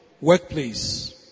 workplace